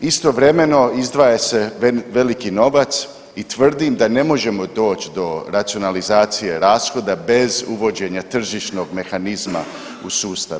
Istovremeno izdvaja se veliki novac i tvrdim da ne možemo doći do racionalizacije rashoda bez uvođenja tržišnog mehanizma u sustav.